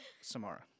Samara